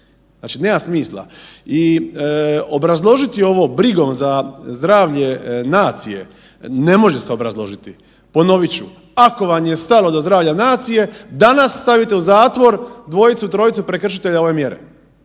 Znači nema smisla. I obrazložiti ovo brigom za zdravlje nacije ne može se obrazložiti. Ponovit ću, ako vam je stalo do zdravlja nacije danas stavite u zatvor 2-3 prekršitelja ove mjere